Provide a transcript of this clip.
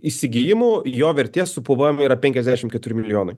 įsigijimų jo vertė su pvm yra penkiasdešim keturi milijonai